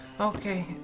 Okay